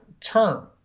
term